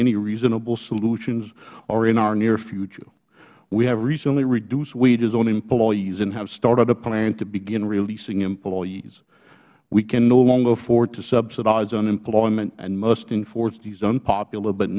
any reasonable solutions are in our near future we have recently reduced wages on employees and have started a plan to begin reducing employees we can no longer afford to subsidize unemployment and must enforce these unpopular but